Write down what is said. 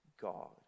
God